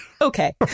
okay